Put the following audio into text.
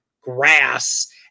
grass